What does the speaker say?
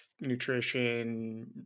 nutrition